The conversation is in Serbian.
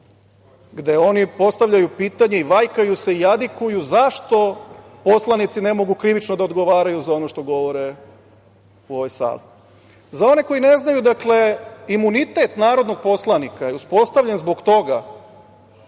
gde oni postavljaju pitanje i vajkaju se i jadikuju zašto poslanici ne mogu krivično da odgovaraju za ono što govore u ovoj sali.Za one koji ne znaju, dakle, imunitet narodnog poslanika je uspostavljen zbog toga